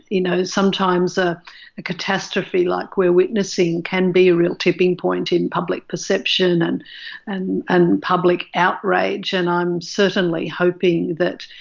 you know, sometimes ah a catastrophe like we're witnessing can be a real tipping point in public perception and and and public outrage. and i'm certainly hoping that,